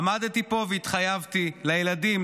עמדתי פה והתחייבתי לילדים,